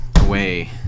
away